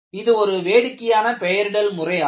இது ஒரு வேடிக்கையான பெயரிடல் முறை ஆகும்